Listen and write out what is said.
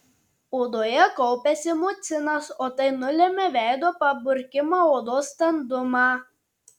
odoje kaupiasi mucinas o tai nulemia veido paburkimą odos standumą